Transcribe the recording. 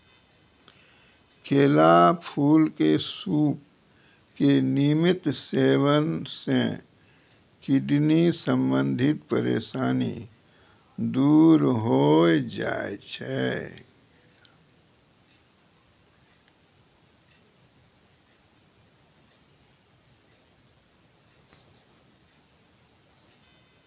केला फूल के सूप के नियमित सेवन सॅ किडनी संबंधित परेशानी दूर होय जाय छै